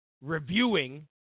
reviewing